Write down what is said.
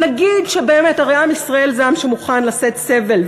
הרי עם ישראל זה עם שמוכן לשאת סבל,